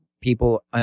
people